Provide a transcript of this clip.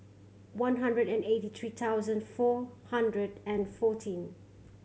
one hundred and eighty three thousand four hundred and fourteen